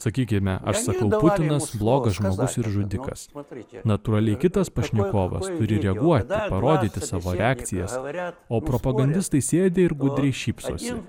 sakykime aš sakau putinas blogas žmogus ir žudikas natūraliai kitas pašnekovas turi reaguoti parodyti savo reakcijas o propagandistai sėdi ir gudriai šypsosi